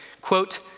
quote